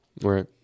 Right